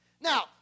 now